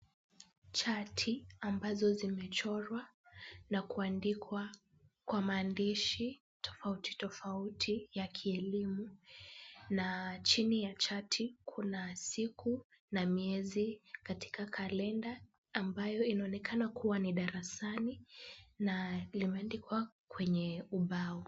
Chati ambazo zimechorwa na kuandikwa kwa maandishi tofauti tofauti ya kielimu na chini ya chati kuna siku na miezi katika kalenda ambayo inaonekana kuwa ni darasani na limeandikwa kwenye ubao.